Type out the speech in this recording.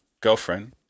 girlfriend